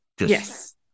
yes